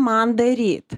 man daryt